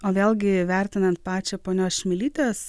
o vėlgi įvertinant pačią ponios čmilytės